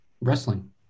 wrestling